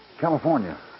California